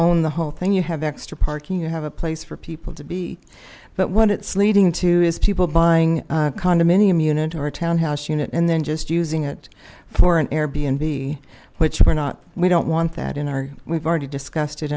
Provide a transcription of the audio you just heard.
own the whole thing you have extra parking you have a place for people to be but what it's leading to is people buying a condominium unit or a townhouse unit and then just using it for an airbnb which we're not we don't want that in our we've already discussed